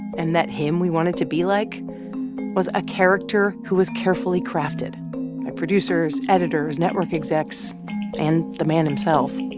and that him we wanted to be like was a character who was carefully crafted by producers, editors, network execs and the man himself.